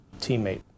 teammate